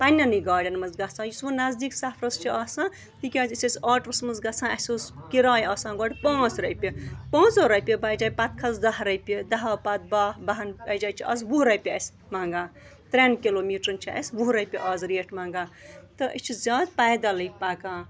پنٛنٮ۪نٕے گاڑٮ۪ن منٛز گژھان یُس وۄنۍ نزدیٖک سَفرَس چھِ آسان تِکیٛازِ أسۍ ٲسۍ آٹوَس منٛز گژھان اَسہِ اوس کِراے آسان گۄڈٕ پانٛژھ رۄپیہِ پانٛژو رۄپیہِ بَجاے پَتہٕ کھَسہٕ دَہ رۄپیہِ دَہو پَتہٕ بَہہ بَہَن بَجاے چھِ آز وُہ رۄپیہِ اَسہِ منٛگان ترٛٮ۪ن کِلوٗ میٖٹرَن چھِ اَسہِ وُہ رۄپیہِ آز ریٹ منٛگان تہٕ أسۍ چھِ زیادٕ پیدَلٕے پَکان